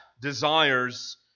desires